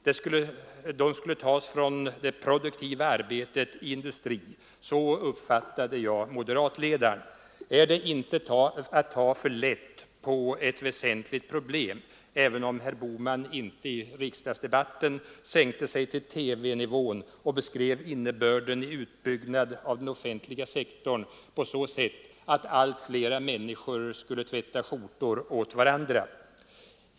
De skulle tas från det produktiva arbetet i industrin — så uppfattade jag moderatledaren. Är det inte att ta för lätt på ett väsentligt problem, även om herr Bohman inte i riksdagsdebatten sänkte sig till TV-nivån och beskrev innebörden av den offentliga sektorns utbyggnad på så sätt att allt fler människor skulle tvätta skjortor åt varandra?